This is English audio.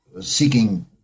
seeking